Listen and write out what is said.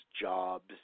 jobs